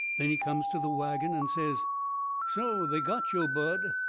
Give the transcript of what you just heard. then he comes to the wagon and says so they got yo', bud?